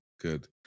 good